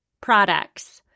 Products